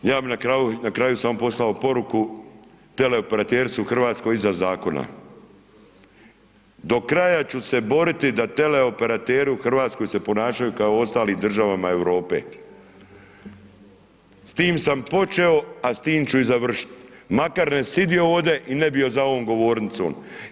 Ja bi na kraju samo poslao poruku, teleoperateri su u Hrvatskoj iznad zakona, do kraja ću se boriti da teleoperateri u Hrvatskoj se ponašaju kao ostali u državama Europe. s tim sam počeo a s tim ću i završiti makar ne sjedio ovdje i ne bio za ovom govornicom.